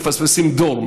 מפספסים דור,